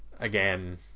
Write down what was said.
Again